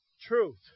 truth